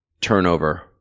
turnover